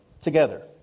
together